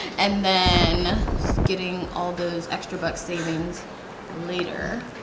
and then getting all those extra bucks savings later,